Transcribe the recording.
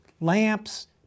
lamps